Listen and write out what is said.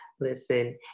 Listen